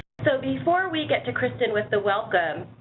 so before we get to kristin with the welcome,